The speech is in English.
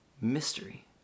Mystery